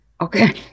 Okay